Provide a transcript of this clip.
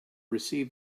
received